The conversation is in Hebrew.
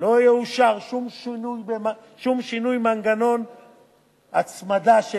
לא יאושר שום שינוי מנגנון הצמדה של